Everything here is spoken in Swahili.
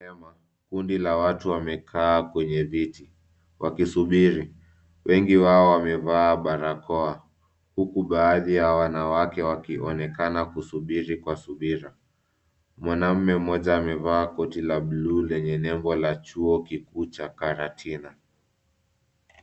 Kundi la watu wamekaa kwenye viti wakisubiri. Wengi wao wamevaa barakoa huku baadhi ya wanawake wakionekana kusubiri kwa subira. Mwanaume mmoja amevaa koti la bluu lenye nembo la chuo kikuu cha karatina.